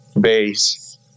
base